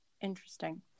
Interesting